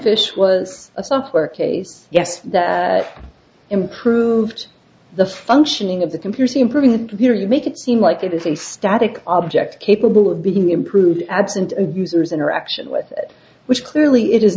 fish was a software case yes that improved the functioning of the computing improving the computer you make it seem like it is a static object capable of being improved absent a user's interaction with it which clearly it is